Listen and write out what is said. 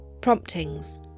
Promptings